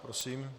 Prosím.